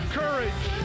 courage